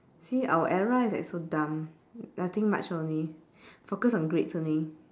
see our era is like so dumb nothing much only focus on grades only